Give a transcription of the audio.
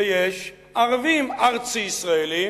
ויש ערבים ארצי-ישראלים,